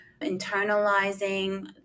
internalizing